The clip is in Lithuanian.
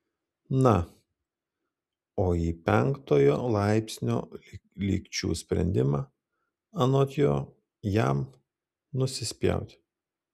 na o į penktojo laipsnio lygčių sprendimą anot jo jam nusispjauti